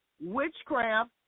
witchcraft